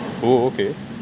oh okay